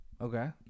okay